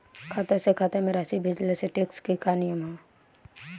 खाता से खाता में राशि भेजला से टेक्स के का नियम ह?